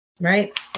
Right